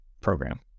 program